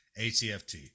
ACFT